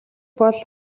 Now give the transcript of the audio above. бол